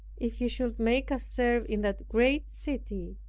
if he should make us serve in that great city,